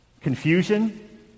confusion